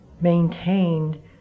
maintained